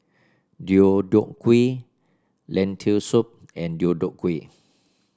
Deodeok Gui Lentil Soup and Deodeok Gui